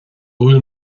bhfuil